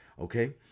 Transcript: okay